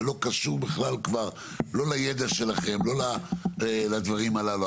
זה לא קשור בכלל לא לידע שלכם, לא לדברים הללו.